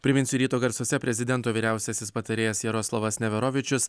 priminsiu ryto garsuose prezidento vyriausiasis patarėjas jaroslavas neverovičius